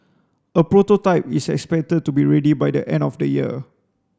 a prototype is expected to be ready by the end of the year